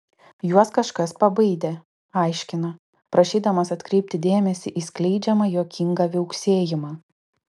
juos kažkas pabaidė aiškina prašydamas atkreipti dėmesį į skleidžiamą juokingą viauksėjimą